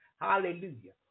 Hallelujah